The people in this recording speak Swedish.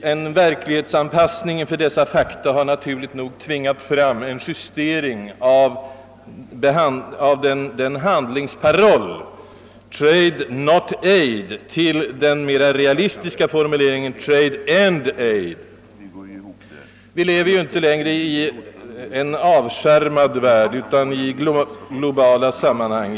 En verklighetsanpassning inför dessa fakta har naturligt nog tvingat fram en justering av handlingsparollen »Trade— not aid» till den mera realistiska formuleringen »Trade and aid». Vi lever ju inte längre i en värld avskärmad från de globala sammanhangen.